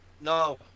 No